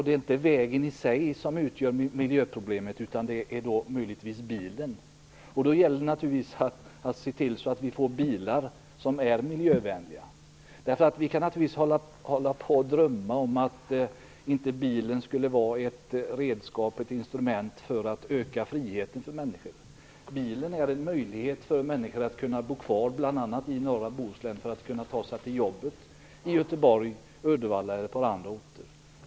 Det är inte vägen i sig som utgör miljöproblemet, utan det är möjligtvis bilen. Det gäller då att se till att vi får bilar som är miljövänliga. Vi kan naturligtvis hålla på att drömma om att bilen inte skulle vara ett redskap, ett instrument, för att öka friheten för människor. Men bilen ger en möjlighet för människor att kunna bo kvar bl.a. i norra Bohuslän och kunna ta sig till jobbet i Göteborg, Uddevalla eller på andra orter.